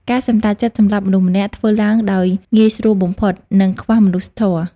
ការសម្រេចចិត្តសម្លាប់មនុស្សម្នាក់ ធ្វើឡើងដោយងាយស្រួលបំផុត និងខ្វះមនុស្សធម៌។